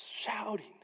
shouting